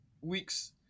weeks